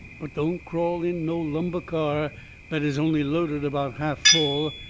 but don't crawl in no lumber car that is only loaded about half full,